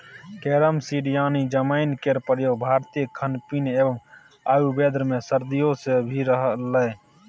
carrom seed यानी जमैन केर प्रयोग भारतीय खानपीन एवं आयुर्वेद मे सदियों सँ भ रहलैए